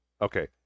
Okay